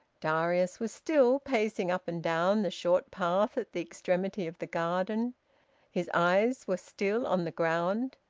darius was still pacing up and down the short path at the extremity of the garden his eyes were still on the ground,